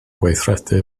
gweithredu